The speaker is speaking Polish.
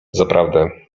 zaprawdę